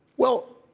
well,